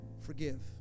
Forgive